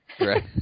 Right